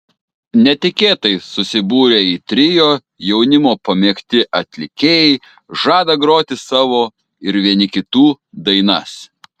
netikėtai susibūrę į trio jaunimo pamėgti atlikėjai žada groti savo ir vieni kitų dainas